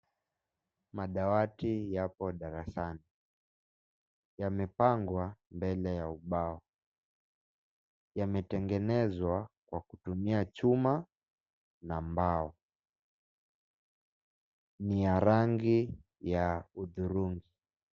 Madawati yapo darasani. Yamepangwa mbele ya ubao. Yametengenezwa kwa kutumia chuma na mbao. Ni ya rangi ya hudhurungi.